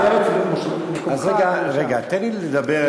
אז רגע, רגע, תן לי לדבר.